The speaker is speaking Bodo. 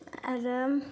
आरो